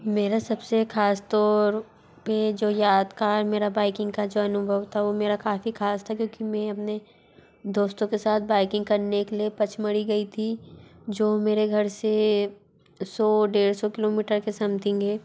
मेरा सबसे ख़ासतौर में जो यादगार मेरा बाइकिंग का जो अनुभव था वो मेरा काफ़ी खास था क्योंकि मैं अपने दोस्तों के साथ बाइकिंग करने के लिए पचमणी गई थी जो मेरे घर से सौ डेढ़ सौ किलोमीटर के समथिंग है